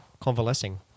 convalescing